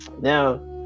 now